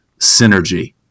synergy